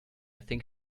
think